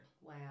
wow